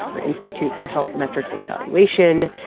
or institute for health metrics and evaluation.